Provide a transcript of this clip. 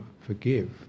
Forgive